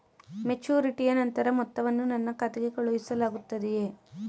ಮೆಚುರಿಟಿಯ ನಂತರ ಮೊತ್ತವನ್ನು ನನ್ನ ಖಾತೆಗೆ ಕಳುಹಿಸಲಾಗುತ್ತದೆಯೇ?